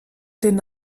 den